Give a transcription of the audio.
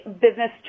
business